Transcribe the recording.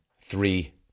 three